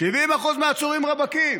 70% מהעצורים רווקים,